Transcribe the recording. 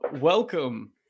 welcome